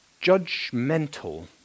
judgmental